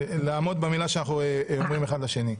לעמוד במילה שאנחנו אומרים אחד לשני.